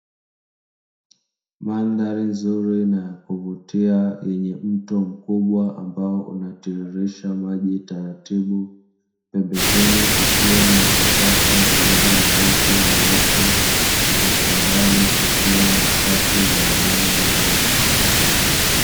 Mandhari nzuri na ya kuvutia yenye mto mkubwa ambao unatiririsha maji taratibu, pembezoni kukiwa na vichaka vilivyo na miti mirefu na kwa mbali kukiwa na safu za milima mirefu.